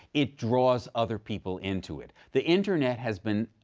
it draws other people into it. the internet has been,